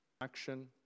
Action